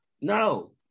no